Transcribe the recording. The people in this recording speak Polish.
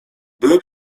byłbym